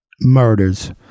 murders